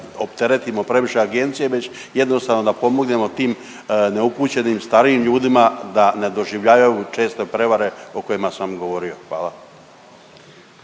opteretimo previše agencije već jednostavno da pomognemo tim neupućenim starijim ljudima da ne doživljavaju često prevare o kojima sam govorio, hvala.